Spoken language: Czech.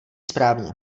správně